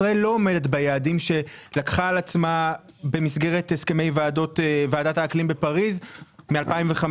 ישראל לא עומדת ביעדים שלקחה על עצמה במסגרת ועדת האקלים בפריז מ-2015,